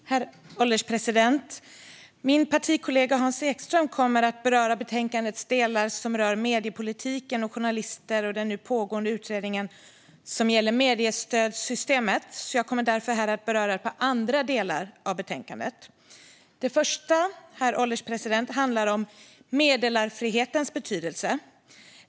Herr ålderspresident! Min partikollega Hans Ekström kommer att beröra betänkandets delar som rör mediepolitiken, journalister och den nu pågående utredning som gäller mediestödssystemet. Jag kommer därför här att beröra ett par andra delar av betänkandet. Det första, herr ålderspresident, handlar om meddelarfrihetens betydelse.